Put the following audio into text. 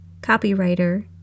copywriter